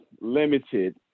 Limited